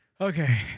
Okay